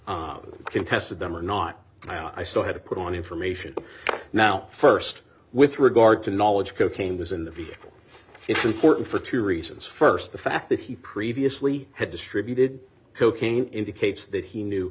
contested them or not i still had to put on information now st with regard to knowledge cocaine was in the vehicle it's important for two reasons st the fact that he previously had distributed cocaine indicates that he knew